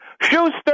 Schuster